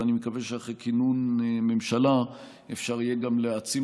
ואני מקווה שאחרי כינון ממשלה אפשר יהיה גם להעצים